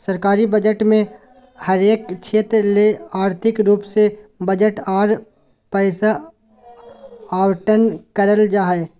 सरकारी बजट मे हरेक क्षेत्र ले आर्थिक रूप से बजट आर पैसा आवंटन करल जा हय